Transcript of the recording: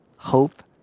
hope